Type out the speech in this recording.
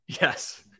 Yes